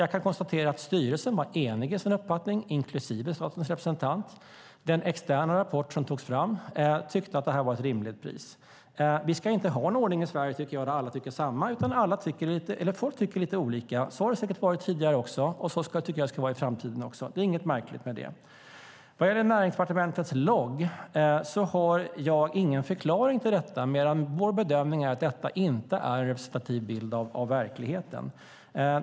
Styrelsen var enig i sin uppfattning, inklusive statens representant. I den externa rapport som togs fram tyckte man att det var ett rimligt pris. Vi ska inte ha en ordning i Sverige, tycker jag, där alla tycker likadant utan där folk tycker lite olika. Så har det säkert varit tidigare, och så tycker jag att det också ska vara i framtiden. Det är inget märkligt med det. Vad gäller Näringsdepartementets logg har jag ingen förklaring mer än att vår bedömning är att den inte ger en representativ bild av verkligheten.